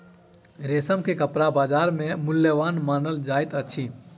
रेशम के कपड़ा बजार में मूल्यवान मानल जाइत अछि